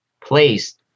placed